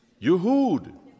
Yehud